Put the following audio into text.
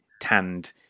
tanned